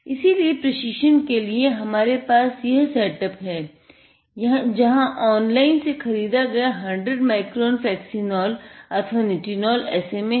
इसीलिए प्रशिक्षण के लिए हमारे पास यह सेट अप है जहाँ ऑनलाइन से खरीदा गया 100 माइक्रोन फ्लेक्सिनोल अथवा निटिनोल SMA है